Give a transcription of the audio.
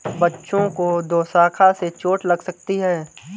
बच्चों को दोशाखा से चोट लग सकती है